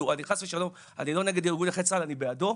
אני חס ושלום לא נגד ארגון נכי צה"ל, אני בעדו,